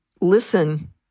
listen